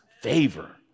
favor